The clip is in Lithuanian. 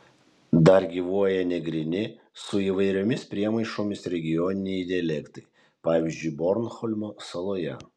dar gyvuoja negryni su įvairiomis priemaišomis regioniniai dialektai pavyzdžiui bornholmo saloje